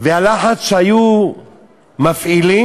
והלחץ שהיו מפעילים,